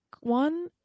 one